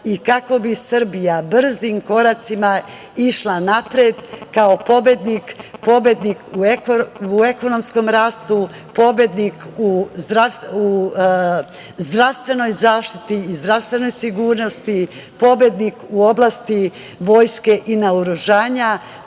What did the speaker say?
i kako bi Srbija brzim koracima išla napred, kao pobednik, pobednik u ekonomskom rastu, pobednik u zdravstvenoj zaštiti i zdravstvenoj sigurnosti, pobednik u oblasti vojske i naoružanja,